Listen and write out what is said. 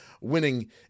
winning